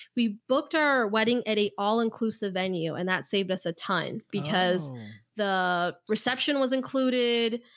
we booked our wedding at a all-inclusive venue, and that saved us a ton because the reception was included.